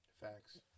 Facts